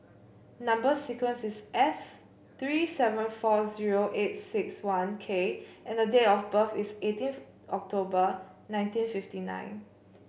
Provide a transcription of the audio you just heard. number sequence is S three seven four zero eight six one K and date of birth is eighteen October nineteen fifty nine